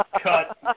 Cut